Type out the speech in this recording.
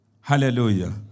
Hallelujah